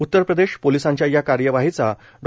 उत्तर प्रदेश पोलिसांच्या या कार्यवाहीचा डॉ